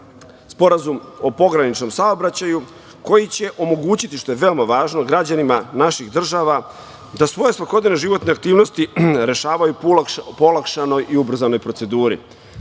Sporazum o pograničnom saobraćaju koji će omogućiti, što je veoma važno, građanima naših država da svoje svakodnevne životne aktivnosti rešavaju po olakšanoj i ubrzanoj proceduri.